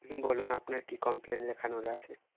হুম বলুন আপনার কী কমপ্লেন লেখানোর আছে